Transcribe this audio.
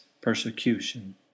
persecution